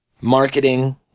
marketing